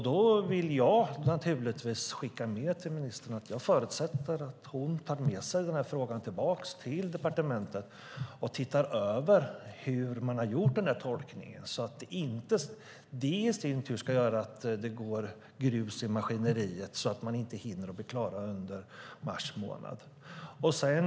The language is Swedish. Då vill jag naturligtvis skicka med ministern att jag förutsätter att hon tar med sig den här frågan tillbaka till departementet och tittar över hur man har gjort den här tolkningen så att inte det i sin tur ska medföra att det går grus i maskineriet så att man inte hinner bli klar under mars månad.